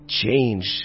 change